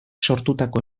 sortutako